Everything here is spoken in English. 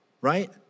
right